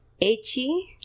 H-E